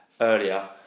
earlier